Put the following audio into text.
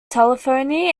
telephony